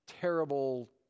terrible